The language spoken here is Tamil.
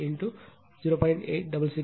5 j 0